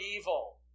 evil